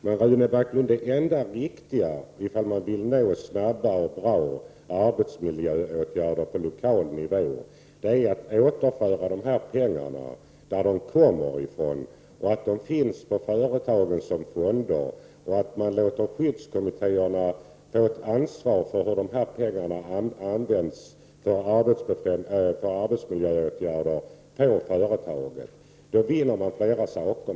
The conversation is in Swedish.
Det enda riktiga, Rune Backlund, ifall man vill genomföra snabba och bra arbetsmiljöåtgärder på lokal nivå, är att återföra pengarna till företagen, låta dem finnas i fonder hos dessa och låta skyddskommittéerna få ett ansvar för hur pengarna används till arbetsmiljöåtgärder på företagen. Då vinner man flera saker.